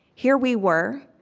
here we were,